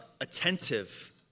attentive